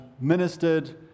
ministered